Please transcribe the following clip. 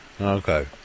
Okay